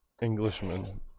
Englishman